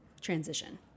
transition